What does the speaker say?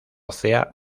cea